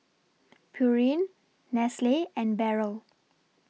Pureen Nestle and Barrel